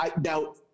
now